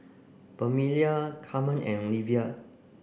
Permelia Carmen and Livia